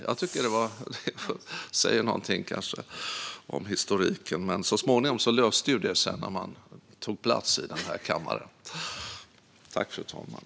Det säger kanske någonting om historiken. Men så småningom löste det sig när partiet tog plats i kammaren.